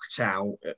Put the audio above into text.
out